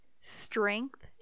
strength